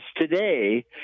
today